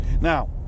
Now